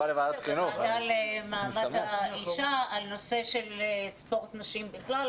בוועדה למעמד האישה בנושא של ספורט נשים בכלל.